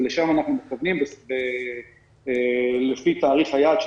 ומשם אנחנו מתקדמים לפי תאריך היעד.